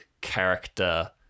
character